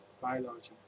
biology